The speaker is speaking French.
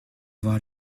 avoir